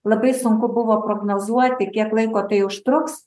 labai sunku buvo prognozuoti kiek laiko tai užtruks